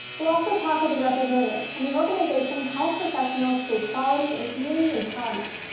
we'll also talk with a representative from the organization, health professionals for equality and community empowerment.